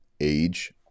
age